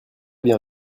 bien